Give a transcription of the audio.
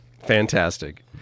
Fantastic